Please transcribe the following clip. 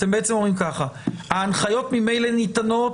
אתם בעצם אומרים ככה: ההנחיות ממילא ניתנות,